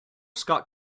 scott